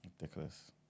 ridiculous